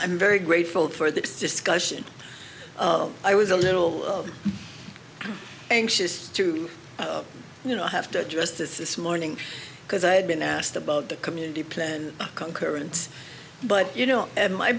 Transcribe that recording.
i'm very grateful for this discussion i was a little anxious to you know have to address this this morning because i had been asked about the community plan concurrence but you know